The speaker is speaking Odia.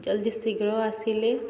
ଜଲ୍ଦି ଶୀଘ୍ର ଆସିଲେ